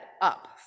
up